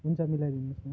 हुन्छ मिलाइदिनोस् न